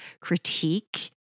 critique